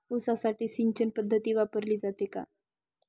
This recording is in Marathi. ऊसासाठी सिंचन पद्धत वापरली जाते का?